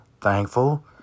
thankful